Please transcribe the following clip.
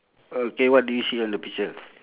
there's two items right